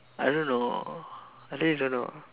I don't know I really don't know